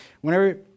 whenever